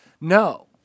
No